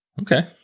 Okay